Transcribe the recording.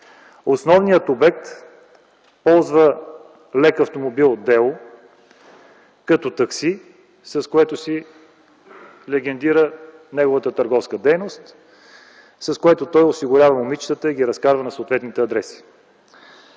Основният обект ползва лек автомобил „Деу” като такси и така легализира своята търговска дейност. С таксито той осигурява момичетата и ги разкарва на съответните адреси.